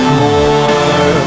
more